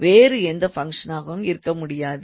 வேறு எந்த ஃபங்க்ஷனாகவும் இருக்க முடியாது